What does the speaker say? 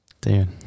Dude